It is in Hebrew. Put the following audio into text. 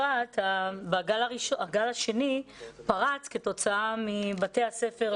הגל השני פרץ כתוצאה מפתיחת בתי הספר,